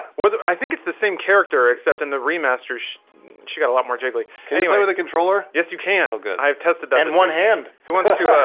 well i think it's the same character except in the remaster she she got a lot more jiggly can anybody with a controller yes, you can't how good i have tested that in in one hand who wants to yeah